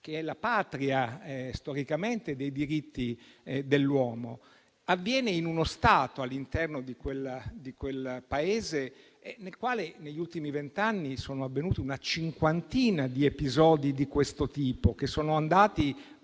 che è storicamente la Patria dei diritti dell'uomo; avviene in uno Stato all'interno di un Paese nel quale negli ultimi vent'anni sono avvenuti una cinquantina di episodi di questo tipo che sono andati